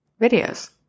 videos